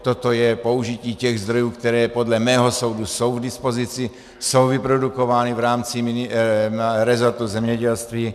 Toto je použití těch zdrojů, které podle mého soudu jsou k dispozici, jsou vyprodukovány v rámci rezortu zemědělství.